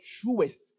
truest